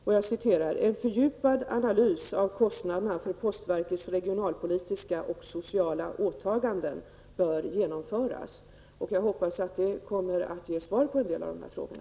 Det framhålls där: ''En fördjupad analys av kostnaderna för postverkets regionalpolitiska och sociala åtaganden bör genomföras.'' Jag hoppas att det kommer att ge svar på en del av de här frågorna.